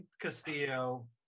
castillo